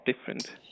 different